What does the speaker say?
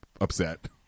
upset